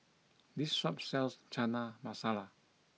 this shop sells Chana Masala